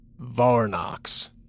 Varnox